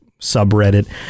subreddit